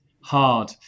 hard –